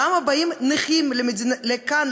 למה באים נכים לכאן,